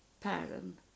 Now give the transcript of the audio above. pattern